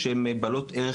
שהן בעלות ערך,